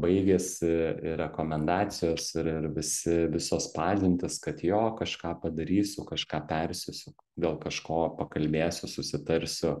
baigėsi ir rekomendacijos ir ir visi visos pažintys kad jo kažką padarysiu kažką persiųsiu dėl kažko pakalbėsiu susitarsiu